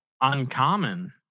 uncommon